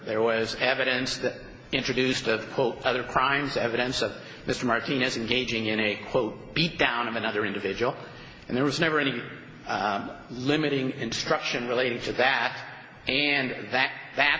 there was evidence that introduced of other crimes evidence of mr martinez engaging in a quote beat down of another individual and there was never any limiting instruction related to that and that that